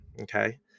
okay